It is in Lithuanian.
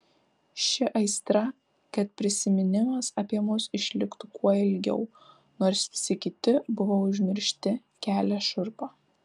ši aistra kad prisiminimas apie mus išliktų kuo ilgiau nors visi kiti buvo užmiršti kelia šiurpą